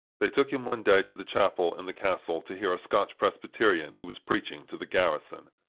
they took him one day to the chapel in the castle to hear a scotch presbyterian who was preaching to the garrison.